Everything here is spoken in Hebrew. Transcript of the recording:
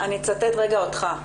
אני אצטט רגע אותך.